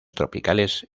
tropicales